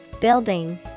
Building